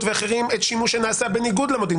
ואחרים את שימוש שנעשה בניגוד למודיעין?